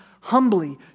humbly